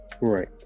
Right